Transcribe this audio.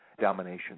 domination